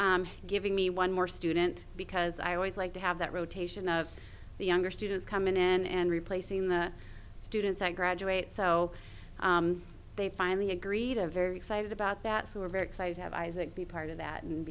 into giving me one more student because i always like to have that rotation of the younger students come in and replacing the students i graduate so they finally agreed a very excited about that so we're very excited to have isaac be part of that and